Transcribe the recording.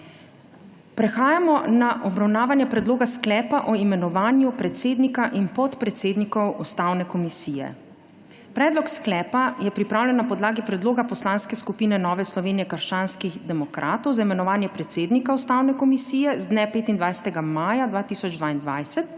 Prehajamo na obravnavo Predloga sklepa o imenovanju predsednika in podpredsednikov Ustavne komisije. Predlog sklepa je pripravljen na podlagi predloga Poslanske skupine Nova Slovenija – Krščanski demokrati za imenovanje predsednika Ustavne komisije z dne 25. maja 2022,